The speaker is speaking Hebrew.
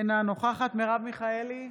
אינה נוכחת מרב מיכאלי,